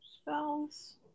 Spells